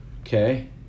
Okay